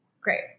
Great